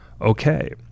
okay